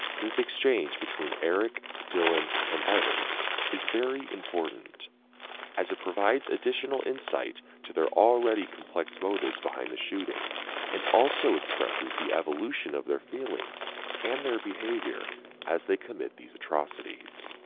this exchange between eric, dylan and evan is very important as it provides additional insight to their already complex motives behind the shooting and also expresses the evolution of their feelings and their behavior as they commit these atrocities.